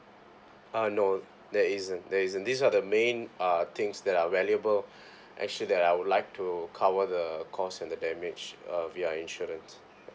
uh no there isn't there isn't these are the main uh things that are valuable actually that I would like to cover the cost and the damage uh via insurance